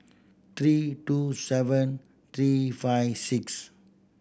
three two seven three five six